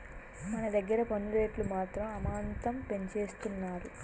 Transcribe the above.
మన దగ్గర పన్ను రేట్లు మాత్రం అమాంతం పెంచేస్తున్నారు